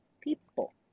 people